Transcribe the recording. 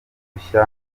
udushya